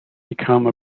become